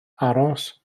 aros